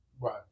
Right